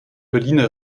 berliner